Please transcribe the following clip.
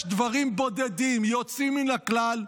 יש דברים בודדים, יוצאים מן הכלל,